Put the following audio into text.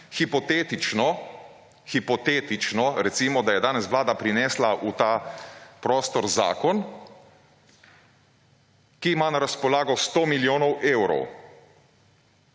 Hipotetično recimo, da je danes Vlada prinesla v ta prostor zakon, ki ima na razpolago 100 milijonov evrov